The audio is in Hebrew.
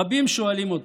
רבים שואלים אותי: